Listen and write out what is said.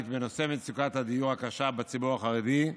בנושא מצוקת הדיור הקשה בציבור החרדי,